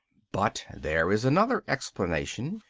but there is another explanation.